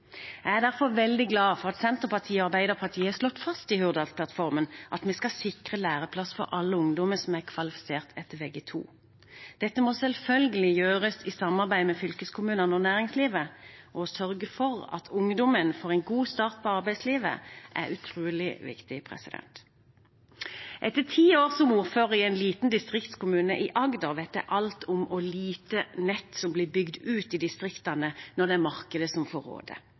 Jeg er derfor veldig glad for at Senterpartiet og Arbeiderpartiet har slått fast i Hurdalsplattformen at vi skal sikre læreplass for alle ungdommer som er kvalifisert etter vg2. Dette må selvfølgelig gjøres i samarbeid med fylkeskommunene og næringslivet. Å sørge for at ungdommen får en god start på arbeidslivet, er utrolig viktig. Etter ti år som ordfører i en liten distriktskommune i Agder vet jeg alt om hvor lite nett som blir bygd ut i distriktene når det er markedet som får